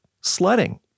sledding